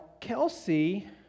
Kelsey